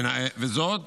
וזאת